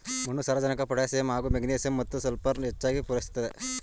ಮಣ್ಣು ಸಾರಜನಕ ಪೊಟ್ಯಾಸಿಯಮ್ ಹಾಗೂ ಮೆಗ್ನೀಸಿಯಮ್ ಮತ್ತು ಸಲ್ಫರನ್ನು ಹೆಚ್ಚಾಗ್ ಪೂರೈಸುತ್ತೆ